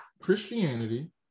Christianity